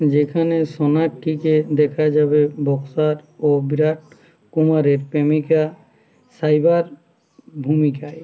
যেখানে সোনাক্ষীকে দেখা যাবে বক্সার ও বিরাট কুমারের প্রেমিকা সাইবার ভূমিকায়